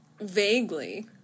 Vaguely